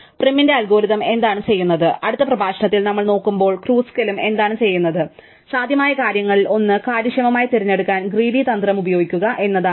പ്രൈമിന്റെ അൽഗോരിതം എന്താണ് ചെയ്യുന്നത് അടുത്ത പ്രഭാഷണത്തിൽ നമ്മൾ നോക്കുമ്പോൾ ക്രുസ്കലും എന്താണ് ചെയ്യുന്നത് സാധ്യമായ കാര്യങ്ങളിൽ ഒന്ന് കാര്യക്ഷമമായി തിരഞ്ഞെടുക്കാൻ ഗ്രീഡി തന്ത്രം ഉപയോഗിക്കുക എന്നതാണ്